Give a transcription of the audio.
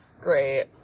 great